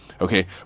okay